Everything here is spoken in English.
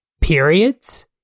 periods